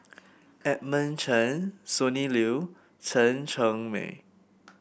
Edmund Chen Sonny Liew Chen Cheng Mei